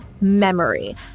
memory